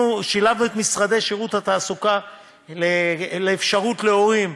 שילבנו את משרדי שירות התעסוקה לאפשרות להורים,